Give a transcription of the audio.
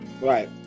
Right